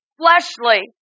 fleshly